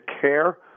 care